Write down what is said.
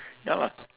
ya lah